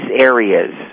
areas